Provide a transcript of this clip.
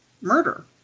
murder